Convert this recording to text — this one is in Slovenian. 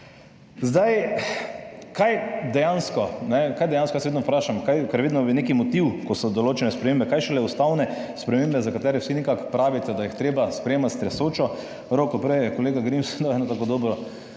Kaj je dejansko, jaz vedno vprašam, ker je vedno nek motiv, ko so določene spremembe, kaj šele ustavne spremembe, za katere vsi nekako pravite, da jih je treba sprejemati s tresočo roko. Prej je kolega Grims dal eno tako dobro